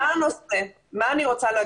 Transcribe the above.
אנחנו נמצאים